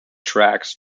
tracks